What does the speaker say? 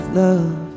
love